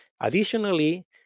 Additionally